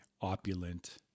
Opulent